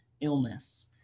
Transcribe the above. illness